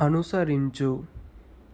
అనుసరించు